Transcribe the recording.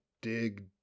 dig